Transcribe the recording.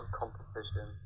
competition